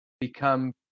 become